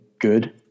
good